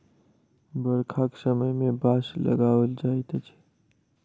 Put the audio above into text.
बरखाक समय मे बाँस लगाओल जाइत अछि